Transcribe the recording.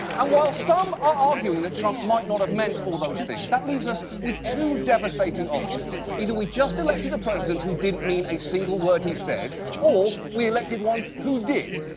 and while some are arguing trump might not have meant all those things, that leaves us with two devastating options either we just elected a president who didn't mean a single word he said or we elected one who did.